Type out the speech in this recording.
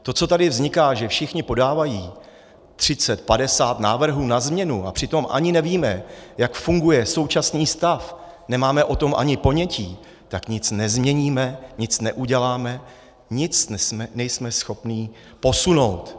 To, co tady vzniká, že všichni podávají třicet padesát návrhů na změnu, a přitom ani nevíme, jak funguje současný stav, nemáme o tom ani ponětí, tak nic nezměníme, nic neuděláme, nic nejsme schopni posunout.